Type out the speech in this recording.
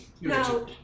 Now